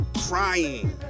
crying